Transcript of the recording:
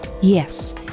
Yes